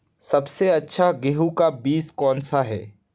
सबसे अच्छा गेहूँ का बीज कौन सा है?